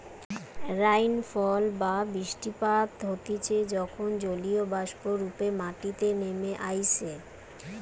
rainfall বা বৃষ্টিপাত হতিছে যখন জলীয়বাষ্প রূপে মাটিতে নেমে আইসে